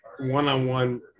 one-on-one